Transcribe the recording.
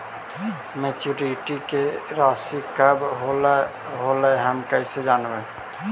Maturity के रासि कब होलै हम कैसे जानबै?